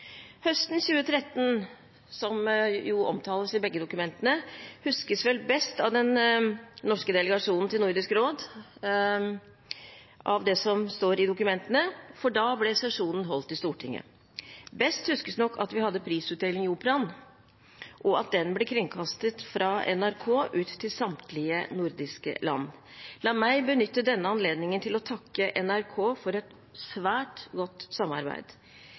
høsten 2013 best av den norske delegasjonen til Nordisk råd – av det som står i dokumentene – for da ble sesjonen holdt i Stortinget. Best huskes nok at vi hadde prisutdeling i Operaen, og at den ble kringkastet fra NRK ut til samtlige nordiske land. La meg benytte denne anledningen til å takke NRK for et svært godt samarbeid.